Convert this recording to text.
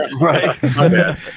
Right